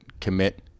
commit